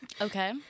okay